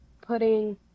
putting